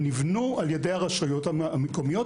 הם נבנו ע"י הרשויות המקומיות,